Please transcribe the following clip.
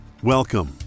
Welcome